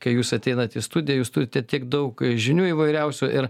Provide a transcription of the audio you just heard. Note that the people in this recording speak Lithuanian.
kai jūs ateinat į studiją jūs turite tiek daug žinių įvairiausių ir